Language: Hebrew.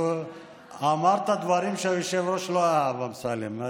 אמרת דברים שהיושב-ראש לא אהב, אמסלם.